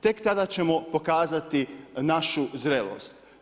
Tek tada ćemo pokazati našu zrelost.